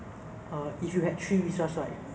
so the second wish is